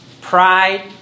Pride